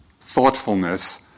thoughtfulness